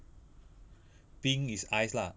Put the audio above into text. bing is ice lah